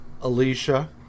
Alicia